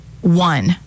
one